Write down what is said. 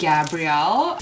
Gabrielle